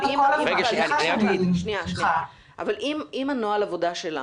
אתה כל הזמן --- אבל אם נוהל העבודה שלה